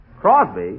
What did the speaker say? Crosby